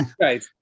Right